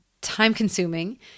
time-consuming